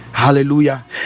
hallelujah